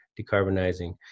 decarbonizing